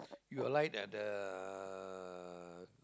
you alight at the